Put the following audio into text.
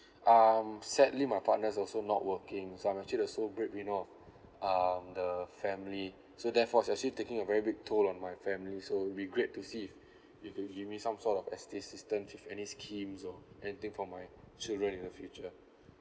um sadly my partner's also not working so I'm actually the sole breadwinner of um the family so therefore it was actually taking a very big toll on my family so it'll be great to see if if you give me some sort of assistance with any schemes or anything for my children in the future